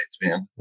man